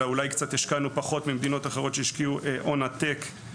אלא אולי השקענו קצת פחות ממדינות אחרות שהשקיעו הון עתק,